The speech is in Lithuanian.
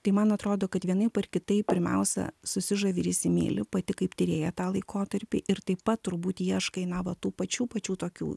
tai man atrodo kad vienaip ar kitaip pirmiausia susižavi ir įsimyli pati kaip tyrėja tą laikotarpį ir taip pat turbūt ieškai na va tų pačių pačių tokių